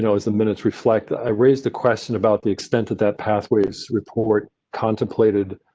you know as the minutes reflect, i raised the question about the extent that that pathways report contemplated.